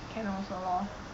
can also lor